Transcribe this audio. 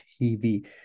TV